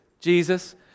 Jesus